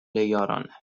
یارانه